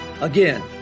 Again